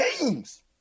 games